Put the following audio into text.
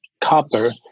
copper